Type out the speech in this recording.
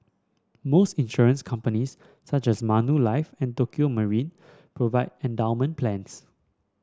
most insurance companies such as Manulife and Tokio Marine provide endowment plans